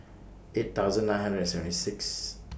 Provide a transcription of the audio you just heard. eight thousand nine hundred and seventy Sixth